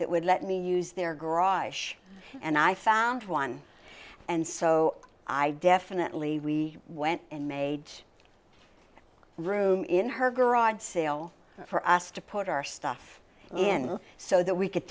that would let me use their garage and i found one and so i definitely we went and made room in her garage sale for us to put our stuff in so that we could